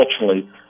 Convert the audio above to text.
unfortunately